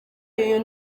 iyo